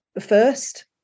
first